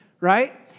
right